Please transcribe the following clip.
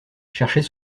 cherchait